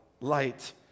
Light